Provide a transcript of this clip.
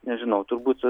nežinau turbūt